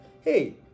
Hey